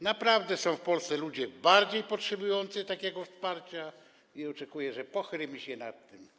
Naprawdę są w Polsce ludzie bardziej potrzebujący takiego wsparcia i oczekuję, że pochylimy się nad tym.